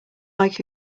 like